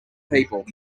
people